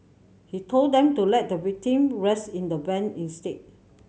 he told them to let the victim rest in the van instead